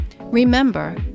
Remember